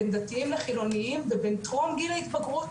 בין דתיים לחילוניים ובין טרום גיל ההתבגרות,